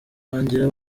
rangira